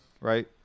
right